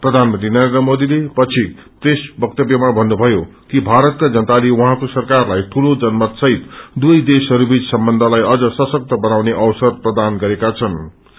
प्रधानमंत्री नरेन्द्र मोदीले पछि प्रेस वक्तव्यमा भन्नुभयो कि भारतका जनताले उहाँको सराकारलाई ठूलो जनमतसहित दुवै देशहरूबीच सम्बन्धलाई अझ सशक्त बनाउने अवसर प्रदान गरेका छनृ